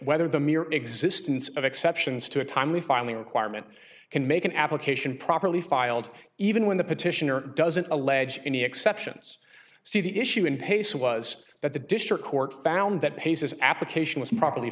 whether the mere existence of exceptions to a timely finally requirement can make an application properly filed even when the petitioner doesn't allege any exceptions see the issue in pace was that the district court found that pases application was properly